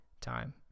time